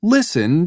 Listen